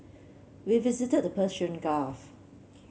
we visited the Persian Gulf